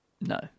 No